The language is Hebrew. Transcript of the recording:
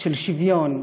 של שוויון.